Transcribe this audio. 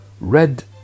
Red